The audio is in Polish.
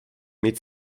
mieć